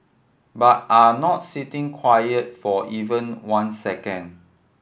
but are not sitting quiet for even one second